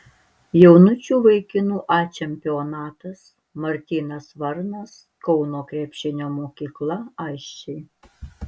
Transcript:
jaunučių vaikinų a čempionatas martynas varnas kauno krepšinio mokykla aisčiai